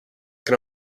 can